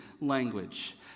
language